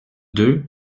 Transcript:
deux